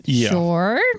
Sure